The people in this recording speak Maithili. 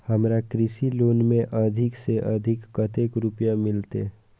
हमरा कृषि लोन में अधिक से अधिक कतेक रुपया मिलते?